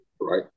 right